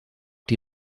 die